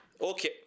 Okay